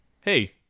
hey